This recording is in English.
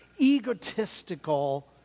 egotistical